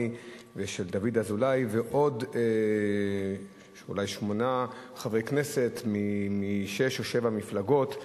ודוד אזולאי ועוד אולי שמונה חברי כנסת משש או שבע מפלגות,